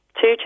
two